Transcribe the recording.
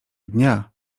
dnia